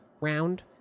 round